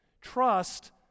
Trust